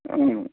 అ